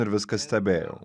ir viską stebėjau